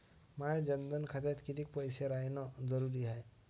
माया जनधन खात्यात कितीक पैसे रायन जरुरी हाय?